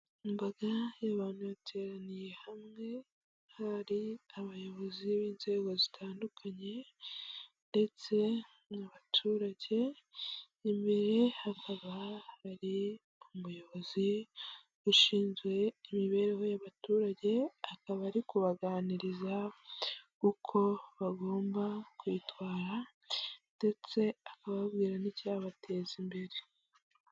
Imbaga y'abantu yateraniye hamwe hari abayobozi b'inzego zitandukanye ndetse n'abaturage imbere hakaba hari umuyobozi ushinzwe imibereho y'abaturage akaba ari kubaganiriza uko bagomba kwitwara ndetse akababwira n'icyabateza imbere.